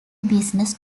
business